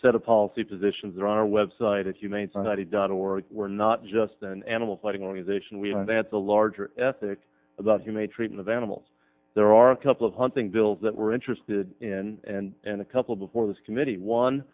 set of policy positions or our website at humane society dot org we're not just an animal fighting organization we know that the a larger ethic about humane treatment of animals there are a couple of hunting bills that we're interested in and a couple before this committee one